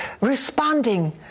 responding